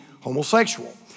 homosexual